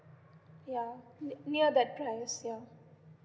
ya ne~ near that price ya